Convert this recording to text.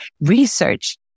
research